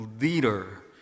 leader